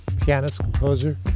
pianist-composer